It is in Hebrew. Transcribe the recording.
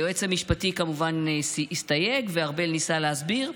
היועץ המשפטי כמובן הסתייג, וארבל ניסה להסביר,